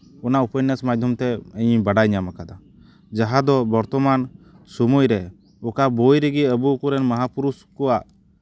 ᱚᱱᱟ ᱩᱯᱚᱱᱱᱟᱥ ᱢᱟᱫᱽᱫᱷᱚᱢ ᱛᱮ ᱤᱧᱤᱧ ᱵᱟᱰᱟᱭ ᱧᱟᱢ ᱠᱟᱫᱟ ᱡᱟᱦᱟᱸ ᱫᱚ ᱵᱚᱨᱛᱚᱢᱟᱱ ᱥᱚᱢᱚᱭ ᱨᱮ ᱚᱠᱟ ᱵᱳᱭ ᱨᱮᱜᱮ ᱟᱵᱚ ᱠᱚᱨᱮᱱ ᱢᱚᱦᱟ ᱯᱩᱨᱩᱥ ᱠᱚᱣᱟᱜ